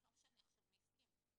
זה לא משנה עכשיו מי הסכים.